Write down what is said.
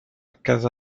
casa